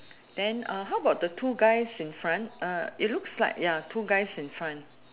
then uh how about the two guys in front uh it looks like ya two guys in front